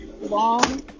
long